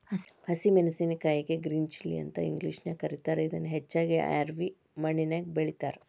ಹಸಿ ಮೆನ್ಸಸಿನಕಾಯಿಗೆ green chilli ಅಂತ ಇಂಗ್ಲೇಷನ್ಯಾಗ ಕರೇತಾರ, ಇದನ್ನ ಹೆಚ್ಚಾಗಿ ರ್ಯಾವಿ ಮಣ್ಣಿನ್ಯಾಗ ಬೆಳೇತಾರ